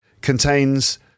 contains